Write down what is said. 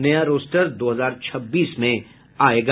नया रोष्टर दो हजार छब्बीस में आयेगा